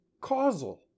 causal